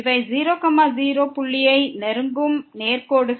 இவை 0 0 புள்ளியை நெருங்கும் நேர்கோடுகள்